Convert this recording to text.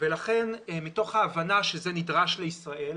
מתוך ההבנה שזה נדרש לישראל,